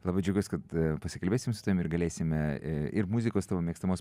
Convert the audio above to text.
labai džiaugiuosi kad pasikalbėsim su tavim ir galėsime ir muzikos tavo mėgstamos